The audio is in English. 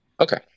Okay